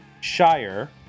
Shire